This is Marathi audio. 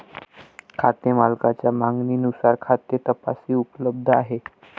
खाते मालकाच्या मागणीनुसार खाते तपासणी उपलब्ध आहे